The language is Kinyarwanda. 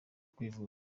kwivuza